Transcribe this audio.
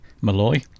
Malloy